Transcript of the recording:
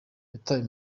yatawe